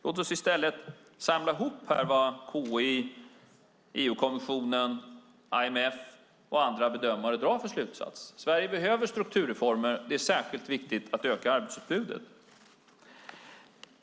Låt oss i stället samla ihop vad KI, EU-kommissionen, IMF och andra bedömare drar för slutsats. Sverige behöver strukturreformer. Det är särskilt viktigt att öka arbetsutbudet.